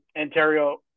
Ontario